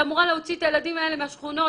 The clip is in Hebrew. שאמורה להוציא את הילדים האלה מהשכונות,